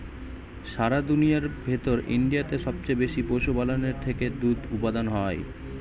সারা দুনিয়ার ভেতর ইন্ডিয়াতে সবচে বেশি পশুপালনের থেকে দুধ উপাদান হয়